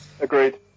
Agreed